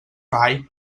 rai